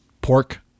pork